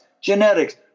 genetics